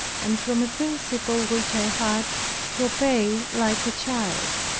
and from a principle which i had to obey like a child.